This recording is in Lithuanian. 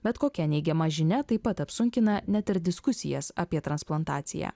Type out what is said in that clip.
bet kokia neigiama žinia taip pat apsunkina net ir diskusijas apie transplantaciją